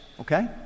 Okay